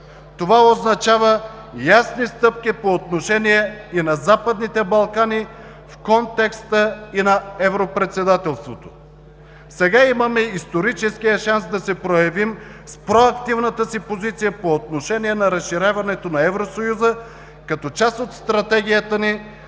Това означава ясни стъпки по отношение и на Западните Балкани в контекста и на Европредседателството. Сега имаме историческия шанс да се проявим с проактивната си позиция по отношение на разширяването на Евросъюза като част от стратегията ни